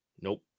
Nope